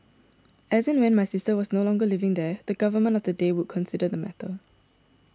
as and when my sister was no longer living there the Government of the day would consider the matter